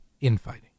infighting